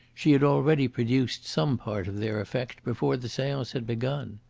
she had already produced some part of their effect before the seance had begun.